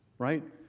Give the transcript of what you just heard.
right?